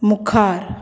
मुखार